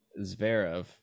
Zverev